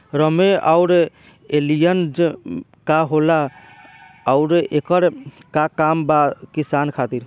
रोम्वे आउर एलियान्ज का होला आउरएकर का काम बा किसान खातिर?